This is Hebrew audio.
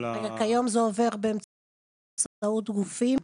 כיום זה עובר באמצעות גופים?